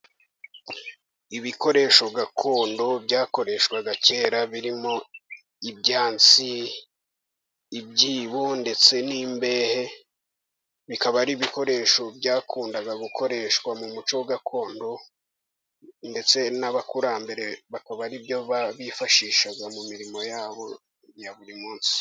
Ibikoresho gakondo byakoreshwaga kera birimo ibyasi ibyibonemo, ndetse n'imbehe. Bikaba ari ibikoresho byakundaga gukoreshwa mu muco gakondo, ndetse n'abakurambere bakaba aribyo bifashishaga mu mirimo yabo ya buri munsi.